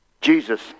Jesus